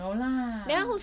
no lah